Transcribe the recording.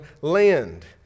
land